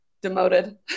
Demoted